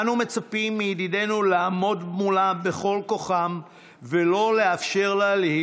אנו מצפים מידידינו לעמוד מולה בכל כוחם ולא לאפשר לה להיות